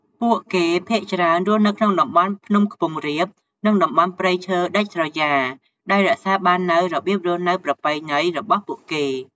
ពួកគេភាគច្រើនរស់នៅក្នុងតំបន់ភ្នំខ្ពង់រាប និងតំបន់ព្រៃឈើដាច់ស្រយាល ដោយរក្សាបាននូវរបៀបរស់នៅប្រពៃណីរបស់ពួកគេ។